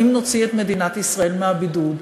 האם נוציא את מדינת ישראל מהבידוד,